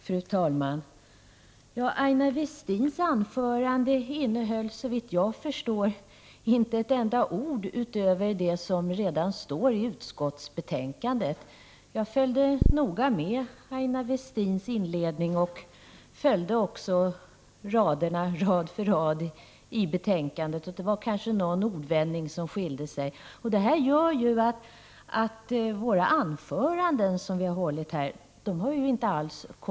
Fru talman! Aina Westins anförande innehöll såvitt jag förstår inte ett enda ord utöver det som står i utskottsbetänkandet. Jag följde noga med i hennes inledning, och jag kunde också följa med rad för rad i betänkandet. Det kanske var någon ordvändning i hennes anförande som skilde sig från betänkandet. Men Aina Westin kommenterade inte alls de övriga talarnas anföranden.